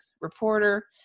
reporter